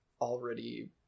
already